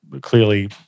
clearly